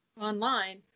online